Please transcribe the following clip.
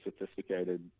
sophisticated